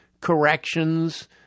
corrections